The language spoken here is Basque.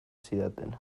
zidaten